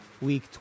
Week